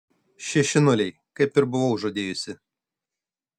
šeši nuliai kaip ir buvau žadėjusi